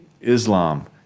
Islam